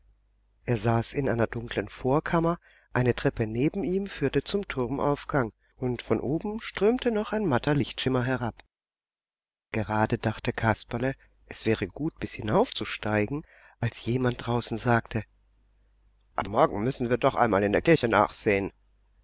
er saß in einer dunklen vorkammer eine treppe neben ihm führte zum turmaufgang und von oben strömte noch ein matter lichtschimmer herab gerade dachte kasperle es wäre gut bis hinauf zu steigen als jemand draußen sagte aber morgen müssen wir doch einmal in der kirche nachsehen